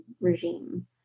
regime